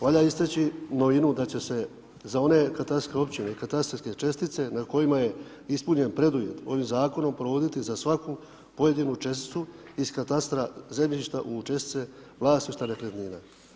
Valja istaći novinu da će se za one katastarske općine i katastarske čestice na kojima je ispunjen preduvjet ovim zakonom provoditi za svaku pojedinu česticu iz katastra zemljišta u čestice vlasništva nekretnina.